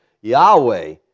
Yahweh